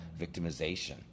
victimization